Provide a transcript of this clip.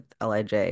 LiJ